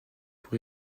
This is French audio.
pour